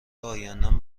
ایندم